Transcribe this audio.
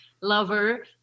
lover